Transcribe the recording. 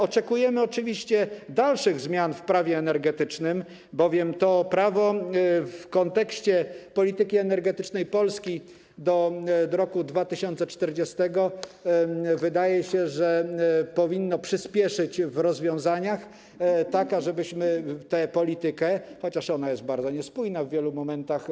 Oczekujemy oczywiście dalszych zmian w Prawie energetycznym, bowiem to prawo w kontekście polityki energetycznej Polski do roku 2040 - wydaje się - powinno przyspieszyć rozwiązania, tak ażebyśmy realizowali tę politykę, chociaż ona jest bardzo niespójna w wielu momentach.